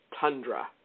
tundra